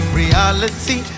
reality